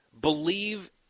believe